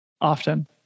often